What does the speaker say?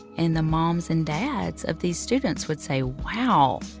and the moms and dads of these students would say, wow,